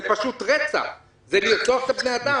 זה פשוט רצח, זה לרצוח את בני האדם.